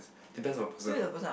depends on the person